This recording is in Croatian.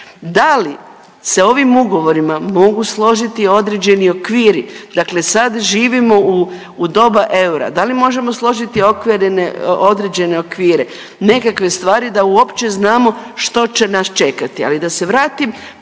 dali se ovim ugovorima mogu složiti određeni okviri, dakle sad živimo u doba eura, da li možemo složiti određene okvire nekakve stvari da uopće znamo što će nas čekati? Ali da se vratim